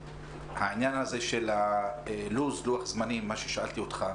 העניין הזה של הלו"ז, לוח הזמנים, מה ששאלתי אותך,